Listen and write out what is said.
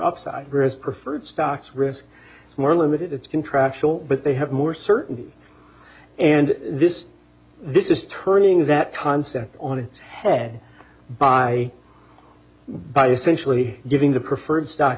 upside risk preferred stocks risk more limited it's contractual but they have more certainty and this this is turning that concept on a head by by thankfully giving the preferred stock